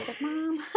mom